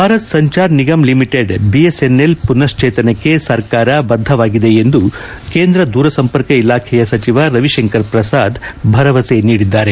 Bharat Sanchar Nigam limited BSNL ಪುನಶ್ಚೇತನಕ್ಕೆ ಸರ್ಕಾರ ಬದ್ದವಾಗಿದೆ ಎಂದು ಕೇಂದ್ರ ದೂರಸಂಪರ್ಕ ಇಲಾಖೆಯ ಸಚಿವ ರವಿಶಂಕರ್ ಪ್ರಸಾದ್ ಭರವಸೆ ನೀಡಿದ್ದಾರೆ